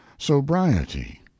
sobriety